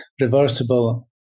reversible